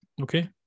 okay